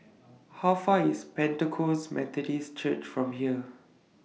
How Far IS Pentecost Methodist Church from here